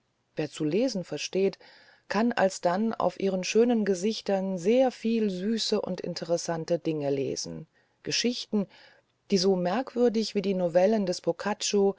wer zu lesen versteht kann alsdann auf ihren schönen gesichtern sehr viel süße und intressante dinge lesen geschichten die so merkwürdig wie die novellen des